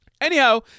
Anyhow